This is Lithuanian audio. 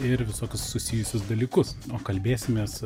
ir visokius susijusius dalykus o kalbėsimės